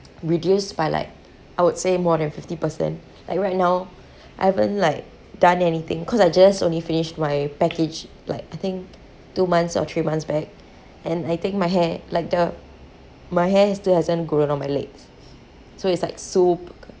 reduced by like I would say more than fifty percent like right now I haven't like done anything cause I just only finished my package like I think two months or three months back and I think my hair like the my hair still hasn't grown on my legs so it's like sup~